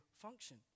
function